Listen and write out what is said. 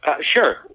Sure